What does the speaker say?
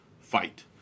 fight